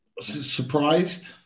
surprised